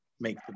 make